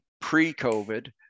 pre-COVID